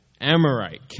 Amorite